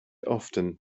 often